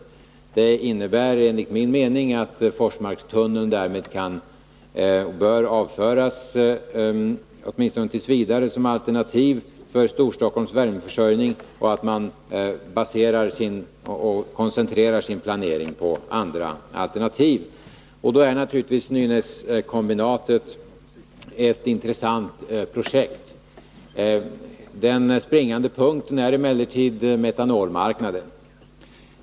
Det innebär enligt min mening att Forsmarkstunneln därmed åtminstone t. v. bör avföras som alternativ för Storstockholms värmeförsörjning och att man bör koncentrera sin planering på andra alternativ. Då är naturligtvis Nynäskombinatet ett intressant projekt. Den springande punkten är emellertid metanolmarknaden.